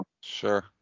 Sure